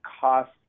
cost